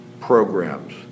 programs